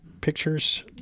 Pictures